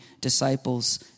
disciples